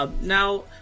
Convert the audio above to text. Now